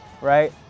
right